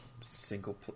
single